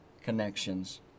connections